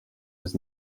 was